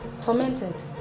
Tormented